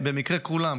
שבמקרה כולם,